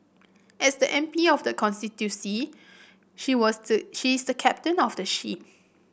as the M P of the constituency she was the she is the captain of the ship